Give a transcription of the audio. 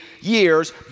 years